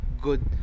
good